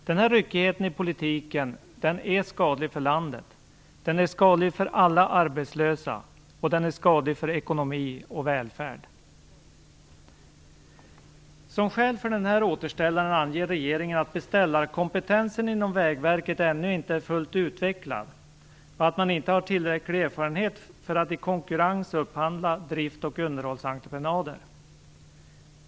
Denna ryckighet i politiken är skadlig för landet, den är skadlig för alla arbetslösa och den är skadlig för ekonomi och välvärd. Som skäl för den här återställaren anger regeringen att beställarkompetensen inom Vägverket ännu inte är fullt utvecklad och att man inte har tillräcklig erfarenhet för att i konkurrens upphandla drifts och underhållsentreprenader.